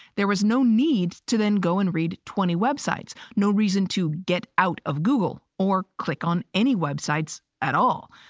there was no need to then go and read twenty websites, no reason to get out of google or click on any websites at all.